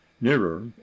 nearer